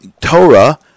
Torah